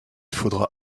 faudra